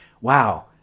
wow